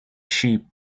sheep